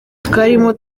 twarimo